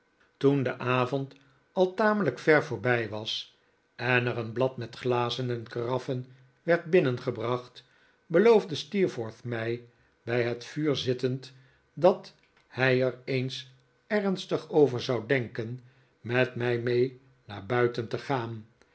toen de avond al tamelijk ver voorbij was en er een blad met glazen en karaffen werd binnengebracht beloofde steerforth mij bij het vuur zittend dat hij er eens ernstig over zou denken met mij mee naar buiten te gaan